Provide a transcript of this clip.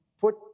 put